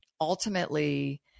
ultimately